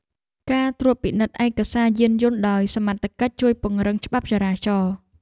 ការត្រួតពិនិត្យឯកសារយានយន្តដោយសមត្ថកិច្ចជួយពង្រឹងច្បាប់ចរាចរណ៍។